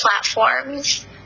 platforms